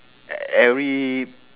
every